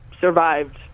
survived